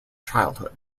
childhood